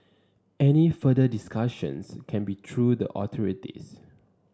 any further discussions can be through the authorities